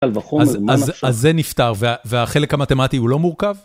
אז זה נפתר והחלק המתמטי הוא לא מורכב?